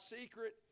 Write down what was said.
secret